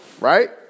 Right